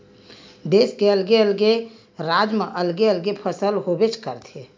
देस के अलगे अलगे राज म अलगे अलगे फसल होबेच करथे